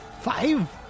Five